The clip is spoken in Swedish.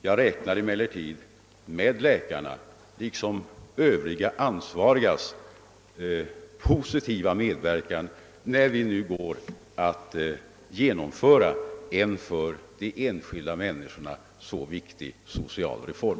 Jag räknar alltså med läkarnas liksom med de övriga ansvarigas positiva medverkan när vi nu går att genomföra en för de enskilda människorna så viktig social reform.